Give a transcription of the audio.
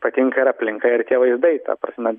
patinka ir aplinka ir tie vaizdai ta prasme